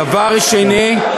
דבר שני,